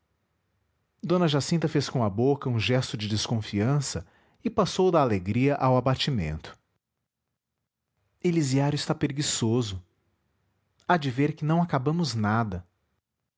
eu d jacinta fez com a boca um gesto de desconfiança e passou da alegria ao abatimento elisiário está preguiçoso há de ver que não acabamos nada